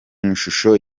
mashusho